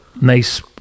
nice